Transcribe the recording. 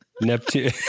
Neptune